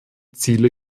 ziele